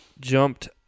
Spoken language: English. jumped